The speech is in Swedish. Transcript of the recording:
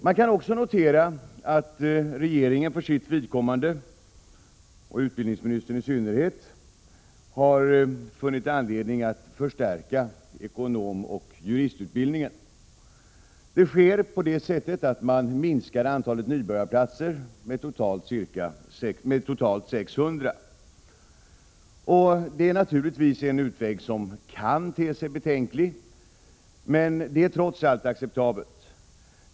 Man kan också notera att regeringen för sitt vidkommande — och utbildningsministern i synnerhet — har funnit anledning att förstärka ekonomoch juristutbildningen. Det sker på det sättet att man minskar antalet nybörjarplatser med totalt 600. Det är en utväg som kan te sig betänklig, men det är trots allt acceptabelt.